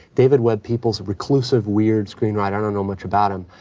david webb peoples, reclusive, weird screenwriter i don't know much about him.